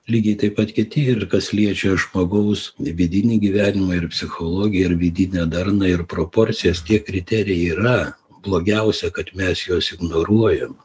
lygiai taip pat kiti ir kas liečia žmogaus vidinį gyvenimą ir psichologiją ir vidinę darną ir proporcijas tie kriterijai yra blogiausia kad mes juos ignoruojam